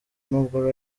n’ubwo